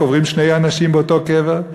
קוברים שני אנשים באותו קבר,